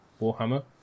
Warhammer